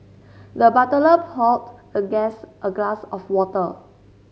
the butler poured the guest a glass of water